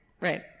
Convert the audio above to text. Right